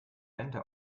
wände